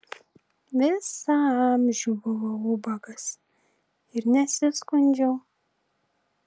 visą amžių buvau ubagas ir nesiskundžiau